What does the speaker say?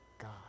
God